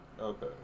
Okay